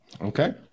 Okay